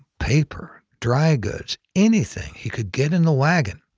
paper, dry goods anything he could get in the wagon.